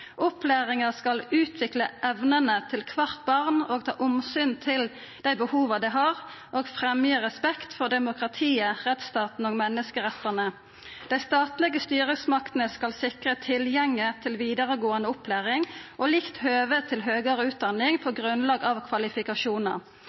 Opplæringa skal utvikla evnene til kvart barn og ta omsyn til dei behova det har, og fremja respekt for demokratiet, rettsstaten og menneskerettane. Dei statlege styresmaktene skal sikra tilgjenge til vidaregåande opplæring og likt høve til høgare utdanning på